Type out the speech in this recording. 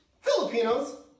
Filipinos